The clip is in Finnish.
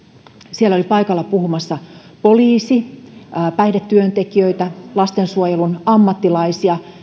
siellä oli paikalla puhumassa poliisi päihdetyöntekijöitä lastensuojelun ammattilaisia